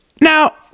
Now